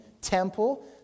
temple